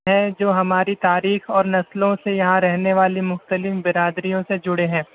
ہیں جو ہماری تاریخ اور نسلوں سے یہاں رہنے والی مختلف برادریوں سے جڑے ہیں